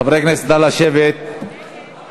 חברי הכנסת, נא לשבת ולהצביע.